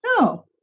no